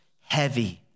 heavy